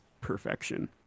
perfection